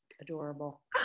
adorable